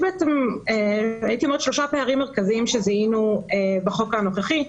יש שלושה פערים מרכזיים שזיהינו בחוק הנוכחי.